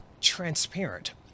transparent